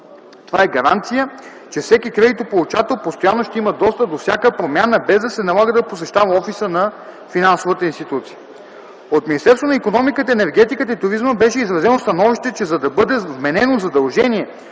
Това е гаранция, че всеки кредитополучател постоянно ще има достъп до всяка промяна, без да се налага да посещава офиса на финансовата институция. От Министерство на икономиката, енергетиката и туризма беше изразено становище, че за да бъде вменено задължение